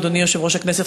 אדוני יושב-ראש הכנסת,